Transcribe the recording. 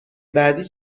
بعدی